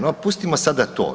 No, pustimo sada to.